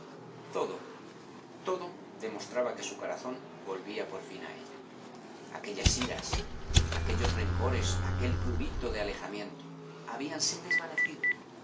todo todo demostraba que su corazón volvía por fin a ella aquellas iras aquellos rencores aquel prurito de alejamiento habíanse desvanecido